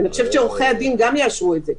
ואני חושבת שעורכי הדין גם יאשרו את זה.